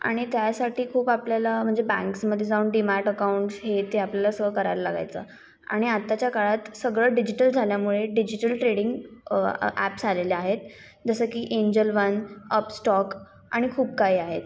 आणि त्यासाठी खूप आपल्याला म्हणजे बँक्समध्ये जाऊन डीमॅट अकाउंट्स हे ते आपल्याला सगळं करायला लागायचं आणि आत्ताच्या काळात सगळं डिजिटल झाल्यामुळे डिजिटल ट्रेडिंग ॲप्स आलेले आहेत जसं की एन्जल वन अप स्टॉक आणि खूप काही आहेत